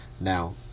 now